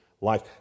life